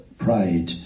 pride